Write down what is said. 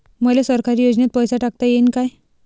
मले सरकारी योजतेन पैसा टाकता येईन काय?